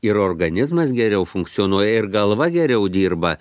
ir organizmas geriau funkcionuoja ir galva geriau dirba